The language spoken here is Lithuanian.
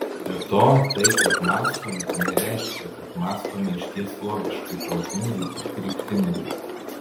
be to tai kad mąstome nereiškia kad mąstome išties logiškai protingai ir kryptingai